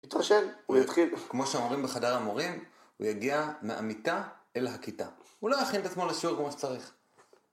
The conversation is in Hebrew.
יתרשם, הוא יתחיל. כמו שאמרים בחדר המורים, הוא יגיע מהמיטה אל הכיתה. הוא לא יכין את עצמו לשיעור כמו שצריך.